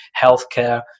healthcare